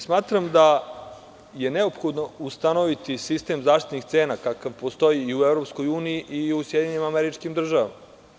Smatram da je neophodno ustanoviti sistem zaštitnih cena, kakav postoji i u EU i u SAD.